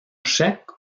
chèque